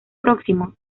próximo